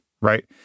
right